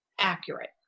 accurate